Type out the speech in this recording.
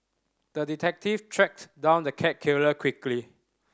the detective tracked down the cat killer quickly